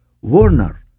warner